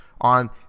on